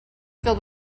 filled